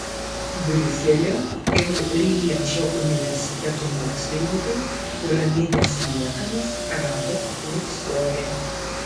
briuselio ir lježo universitetų mokslininkai piramidės liekanas rado luksore